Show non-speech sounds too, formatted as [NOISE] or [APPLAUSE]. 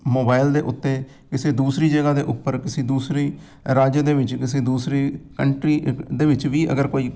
mobile ਦੇ ਉੱਤੇ ਕਿਸੇ ਦੂਸਰੀ ਜਗ੍ਹਾ ਦੇ ਉੱਪਰ ਕਿਸੇ ਦੂਸਰੀ ਰਾਜ ਦੇ ਵਿੱਚ ਕਿਸੇ ਦੂਸਰੀ ਕੰਟਰੀ [UNINTELLIGIBLE] ਦੇ ਵਿੱਚ ਵੀ ਅਗਰ ਕੋਈ